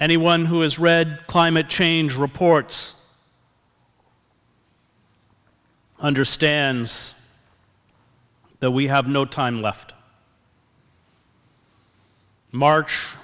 anyone who has read climate change reports understands that we have no time left march